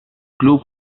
club